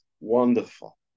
wonderful